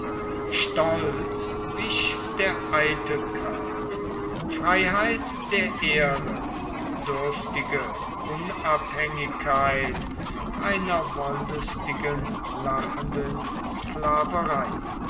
stolz wich der eitelkeit freiheit der ehre dürftige unabhängigkeit einer wollüstigen lachenden sklaverei